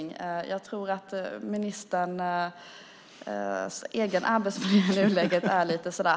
Jag tror att ministerns egen arbetsmiljö i nuläget är lite halvusel.